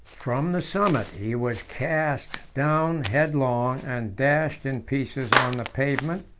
from the summit he was cast down headlong, and dashed in pieces on the pavement,